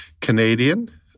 Canadian